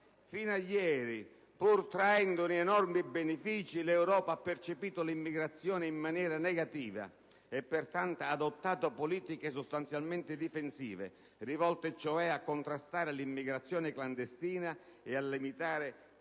fino a ieri, pur traendone enormi benefici, l'Europa ha percepito l'immigrazione in maniera negativa e pertanto ha adottato politiche sostanzialmente difensive, rivolte cioè a contrastare l'immigrazione clandestina ed a limitare